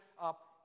up